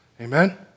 amen